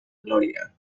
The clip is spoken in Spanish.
gloria